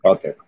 Okay